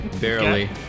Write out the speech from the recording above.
Barely